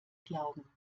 glauben